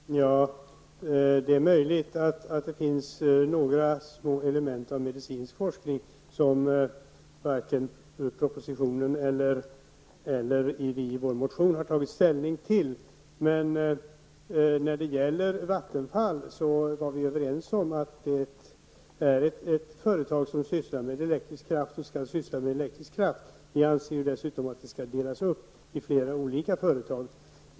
Herr talman! Det är möjligt att det finns några små inslag av medicinsk forskning, som man varken i propositionen eller vi i vår motion har tagit ställning till. När det gäller Vattenfall var vi överens om att det är ett företag som skall syssla med elektrisk kraft. Vi anser dessutom att Vattenfall skall delas upp i flera olika företag.